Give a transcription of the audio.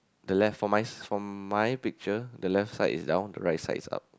the left for my for my picture the left side is down the right side is up